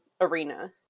arena